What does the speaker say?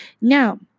Now